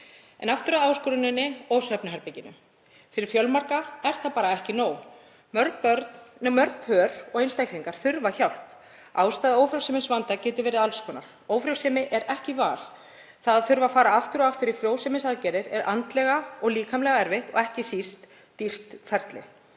En aftur að áskoruninni og svefnherberginu. Fyrir fjölmarga er það ekki nóg. Mörg pör og einstaklingar þurfa hjálp. Ástæða ófrjósemisvanda getur verið af ýmsu tagi. Ófrjósemi er ekki val. Það að þurfa að fara aftur og aftur í ófrjósemisaðgerðir er andlega og líkamlega erfitt og ekki síst dýrt ferli.